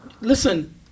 listen